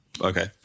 Okay